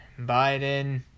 Biden